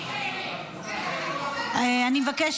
אני אבקש